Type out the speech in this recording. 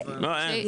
לא, אין.